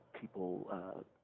people